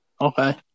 Okay